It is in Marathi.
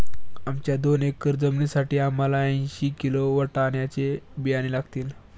आमच्या दोन एकर जमिनीसाठी आम्हाला ऐंशी किलो वाटाण्याचे बियाणे लागतील